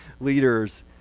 leaders